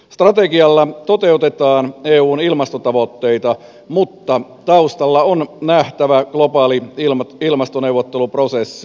strategialla toteutetaan eun ilmastotavoitteita mutta taustalla on nähtävä globaali ilmastoneuvotteluprosessi